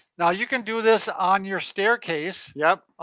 now, you can do this on your staircase. yep.